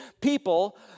people